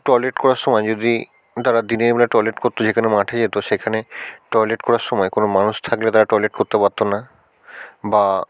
toilet করার সময় যদি তারা দিনের বেলা টয়লেট করত যেখানে মাঠে যেত সেখানে টয়লেট করার সময় কোনও মানুষ থাকলে তারা টয়লেট করতে পারতো না বা